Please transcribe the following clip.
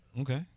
Okay